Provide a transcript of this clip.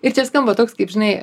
ir čia skamba toks kaip žinai